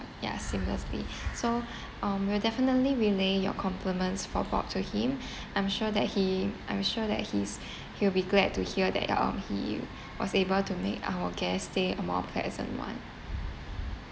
ya seamlessly so um we're definitely relay your compliments for for to him I'm sure that he I'm sure that he's he'll be glad to hear that um he was able to make our guest stay a more pleasant one